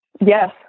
Yes